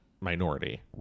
minority